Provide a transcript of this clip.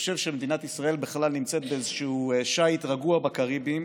חושב שמדינת ישראל נמצאת באיזה שיט רגוע בקריביים,